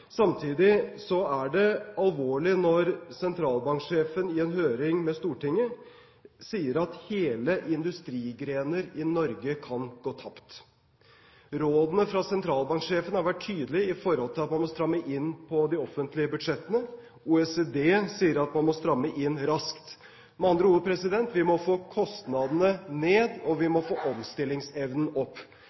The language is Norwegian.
Samtidig er det alvorlig når sentralbanksjefen i en høring med Stortinget sier at «hele industrigrener» i Norge «kan gå tapt». Rådene fra sentralbanksjefen har vært tydelige i forhold til at man må stramme inn på de offentlige budsjettene. OECD sier at man må stramme inn raskt. Med andre ord: Vi må få kostnadene ned, og vi må få omstillingsevnen opp.